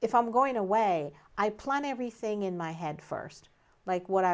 if i'm going away i plan everything in my head first like what i